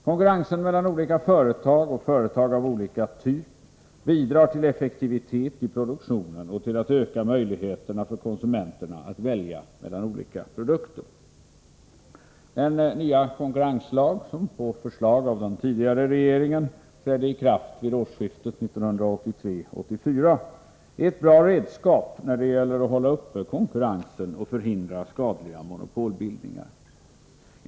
Konkurrensen mellan olika företag och företag av olika typ bidrar till effektivitet i produktionen och till ökade möjligheter för konsumenterna att välja mellan olika produkter. Den nya konkurrenslag som på förslag av den tidigare regeringen trädde i kraft vid årsskiftet 1983-1984 är ett bra redskap när det gäller att hålla uppe konkurrensen och förhindra skadliga monopolbildningar.